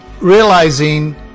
realizing